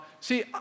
see